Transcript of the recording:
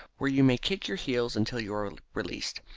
where you may kick your heels until you are released.